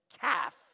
calf